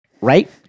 Right